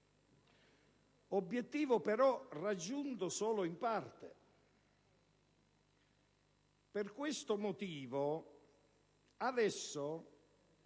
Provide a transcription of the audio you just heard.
obiettivo, però, raggiunto solo in parte. Per questo motivo, adesso